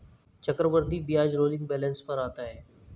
चक्रवृद्धि ब्याज rolling balance पर आता है